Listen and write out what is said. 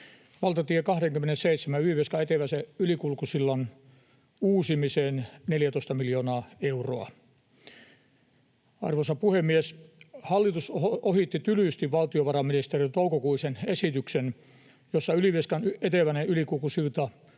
valtatie 27:n Ylivieskan eteläisen ylikulkusillan uusimiseen, 14 miljoonaa euroa. Arvoisa puhemies! Hallitus ohitti tylysti valtiovarainministeriön toukokuisen esityksen, jossa Ylivieskan eteläinen ylikulkusilta